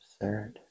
absurd